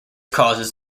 causes